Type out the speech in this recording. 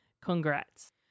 Congrats